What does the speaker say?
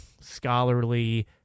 scholarly